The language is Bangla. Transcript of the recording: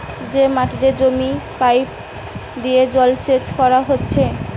যে মাটিতে জমির পাইপ দিয়ে জলসেচ কোরা হচ্ছে